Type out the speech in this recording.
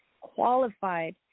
qualified